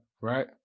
Right